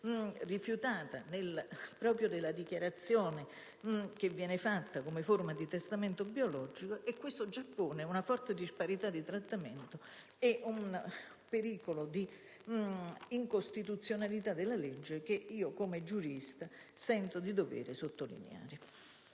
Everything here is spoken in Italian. rifiutata proprio nella dichiarazione che viene fatta come forma di testamento biologico e questo già pone una forte disparità di trattamento ed un pericolo di incostituzionalità della legge che io, come giurista, sento di dover sottolineare.